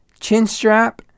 Chinstrap